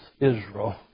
Israel